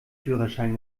führerschein